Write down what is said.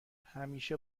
همیشه